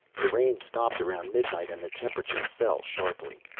the rain stopped around midnight and the temperature fell sharply.